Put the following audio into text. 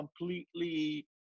completely